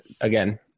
again